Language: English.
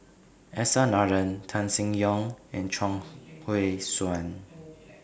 S R Nathan Tan Seng Yong and Chuang Hui Tsuan